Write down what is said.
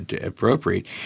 appropriate